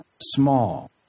small